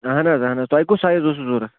اَہن حظ اَہن حظ تۄہہِ کُس سایز اوسوٕ ضروٚرَت